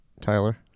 Tyler